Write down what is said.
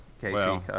Casey